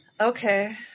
Okay